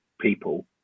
people